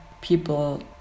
people